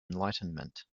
enlightenment